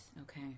okay